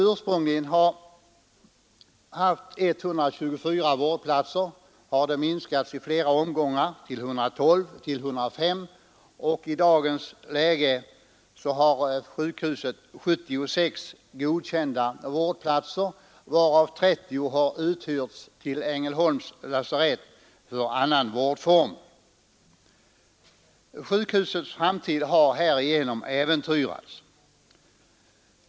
Ursprungligen hade sjukhuset 124 vårdplatser, men detta antal har i flera omgångar minskats till 112 och 105, och i dagens läge har sjukhuset 76 godkända vårdplatser, varav 30 har uthyrts till Ängelholms lasarett för annan vårdform. Sjukhusets framtid har därigenom äventyrats.